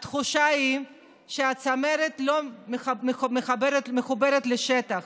התחושה היא שהצמרת לא מחוברת לשטח,